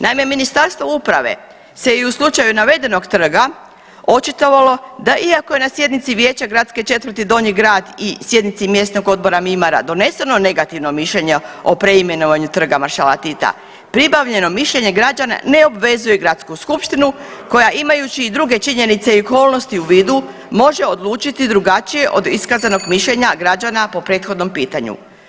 Naime, Ministarstvo uprave se i u slučaju navedenog trga očitovalo da iako je na sjednici Vijeća Gradske četvrti Donji Grad i sjednici Mjesnog odbora Mimara doneseno negativno mišljenje o preimenovanju Trga maršala Tita, pribavljeno mišljenje građana ne obvezuje gradsku skupština koja imajući i druge činjenice i okolnosti u vidu može odlučiti drugačije od iskazanog mišljenja građana po prethodnom pitanju.